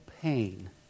pain